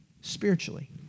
spiritually